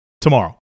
tomorrow